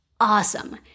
Awesome